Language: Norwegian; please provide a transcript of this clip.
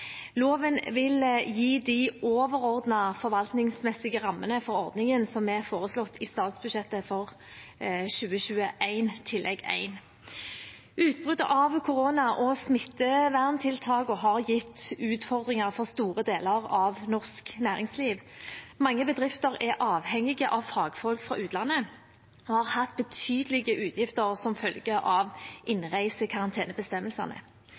Loven vil gi de overordnede forvaltningsmessige rammene for ordningen, som er foreslått i statsbudsjettet for 2021, Tillegg 1. Utbruddet av korona og smitteverntiltakene har gitt utfordringer for store deler av norsk næringsliv. Mange bedrifter er avhengige av fagfolk fra utlandet og har hatt betydelige utgifter som følge av